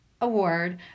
award